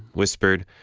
whispered,